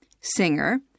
singer